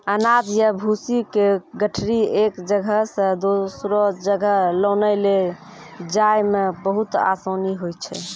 अनाज या भूसी के गठरी एक जगह सॅ दोसरो जगह लानै लै जाय मॅ बहुत आसानी होय छै